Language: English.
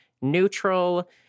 neutral